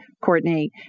Courtney